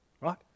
right